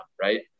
Right